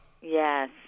Yes